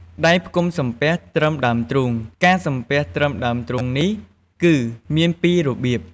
ដៃផ្គុំសំពះត្រឹមដើមទ្រូង ការសំពះត្រឹមដើមទ្រូងនេះ គឺមានពីររបៀប។